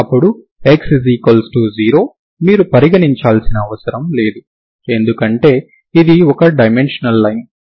అప్పుడు x0 మీరు పరిగణించాల్సిన అవసరం లేదు ఎందుకంటే ఇది ఒక డైమెన్షనల్ లైన్